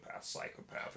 psychopath